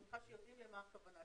אני מניחה שמבינים למה הכוונה.